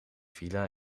villa